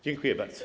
Dziękuję bardzo.